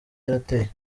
yarateye